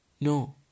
no